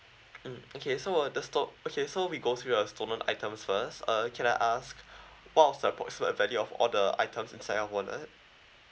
mm okay so uh the sto~ okay so we go through your stolen items first uh can I ask what was supposed to be the value of all the items inside your wallet